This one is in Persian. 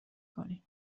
کنی